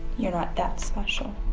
you're not that special.